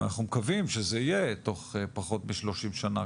ואנחנו מקווים שזה יהיה תוך פחות מ- 30 שנה,